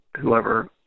whoever